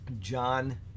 John